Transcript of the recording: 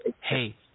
hey